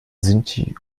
sinti